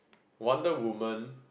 wonder women